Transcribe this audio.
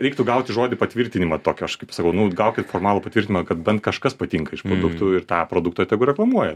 reiktų gauti žodį patvirtinimą tokį aš kaip sakau nu gaukit formalų patvirtinimą kad bent kažkas patinka iš produktų ir tą produktą tegu reklamuoja